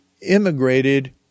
immigrated